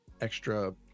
extra